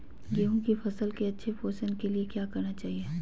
गेंहू की फसल के अच्छे पोषण के लिए क्या करना चाहिए?